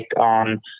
on